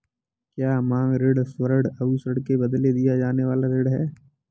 क्या मांग ऋण स्वर्ण आभूषण के बदले दिया जाने वाला ऋण है?